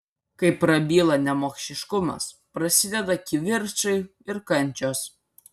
kai prabyla nemokšiškumas prasideda kivirčai ir kančios